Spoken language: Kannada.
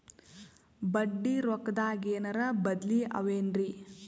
ಬಡ್ಡಿ ರೊಕ್ಕದಾಗೇನರ ಬದ್ಲೀ ಅವೇನ್ರಿ?